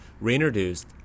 reintroduced